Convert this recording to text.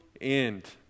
end